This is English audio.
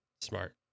Smart